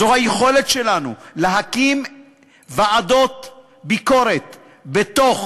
זו היכולת שלנו להקים ועדות ביקורת בתוך